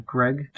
Greg